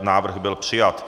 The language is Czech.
Návrh byl přijat.